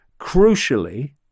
crucially